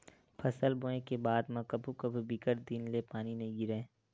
फसल बोये के बाद म कभू कभू बिकट दिन ले पानी नइ गिरय